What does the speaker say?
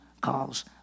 calls